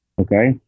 Okay